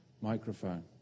microphone